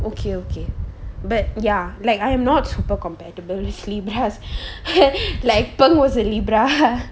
okay okay but ya like I am not super compatible with libra like pang was a libra